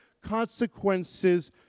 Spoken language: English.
consequences